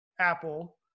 Apple